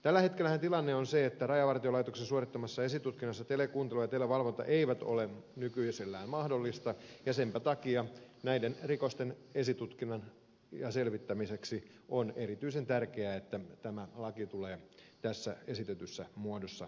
tällä hetkellähän tilanne on se että rajavartiolaitoksen suorittamassa esitutkinnassa telekuuntelu ja televalvonta eivät ole nykyisellään mahdollisia ja senpä takia näiden rikosten selvittämiseksi ja esitutkinnalle on erityisen tärkeää että tämä laki tulee tässä esitetyssä muodossa voimaan